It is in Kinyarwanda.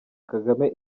kagame